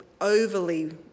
overly